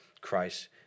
Christ